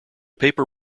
paper